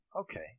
Okay